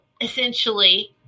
essentially –